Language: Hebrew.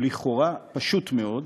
הוא לכאורה פשוט מאוד,